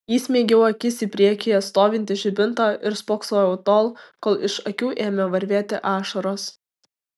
įsmeigiau akis į priekyje stovintį žibintą ir spoksojau tol kol iš akių ėmė varvėti ašaros